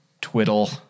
twiddle